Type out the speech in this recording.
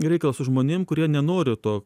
reikalą su žmonėm kurie nenori to